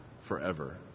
forever